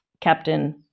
captain